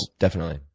and definitely.